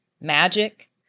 magic